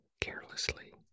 carelessly